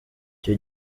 icyo